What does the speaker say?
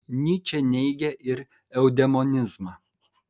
nyčė neigė ir eudemonizmą